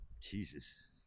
Jesus